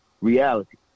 reality